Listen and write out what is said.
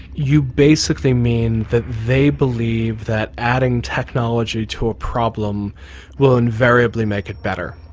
you basically mean that they believe that adding technology to a problem will invariably make it better.